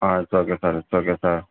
ah it's okay sir it's okay sir